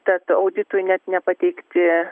tad auditui net nepateikti